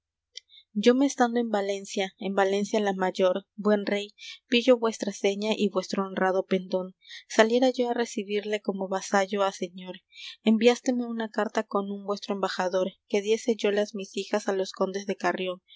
yo me estando en valencia en valencia la mayor buen rey ví yo vuestra seña y vuestro honrado pendón saliera yo á recibirle como vasallo á señor enviásteme una carta con un vuestro embajador que diese yo las mis hijas á los condes de carrión